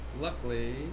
luckily